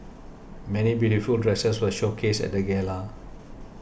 many beautiful dresses were showcased at the gala